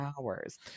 hours